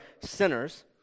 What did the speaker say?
sinners